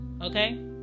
okay